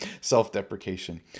self-deprecation